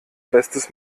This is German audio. bestes